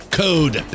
code